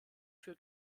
für